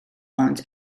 ond